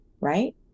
right